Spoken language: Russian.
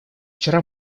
вчера